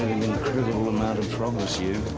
incredible amount of troubles you.